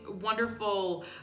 wonderful